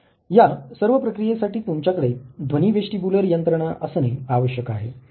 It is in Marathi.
या सर्व प्रक्रियेसाठी तुमच्याकडे ध्वनी वेस्टीबुलर यंत्रणा असणे आवश्यक आहे